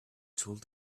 told